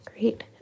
Great